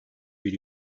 bir